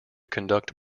conduct